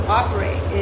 operate